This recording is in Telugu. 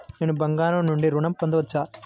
నేను బంగారం నుండి ఋణం పొందవచ్చా?